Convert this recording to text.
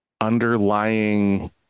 underlying